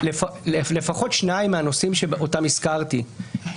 לפחות שניים מהנושאים אותם הזכרתי,